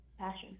passion